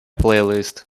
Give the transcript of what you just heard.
playlist